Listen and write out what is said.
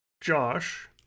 Josh